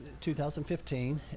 2015